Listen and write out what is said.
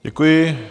Děkuji.